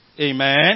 Amen